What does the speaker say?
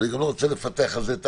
ואני גם לא רוצה לפתח על זה.